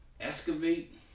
excavate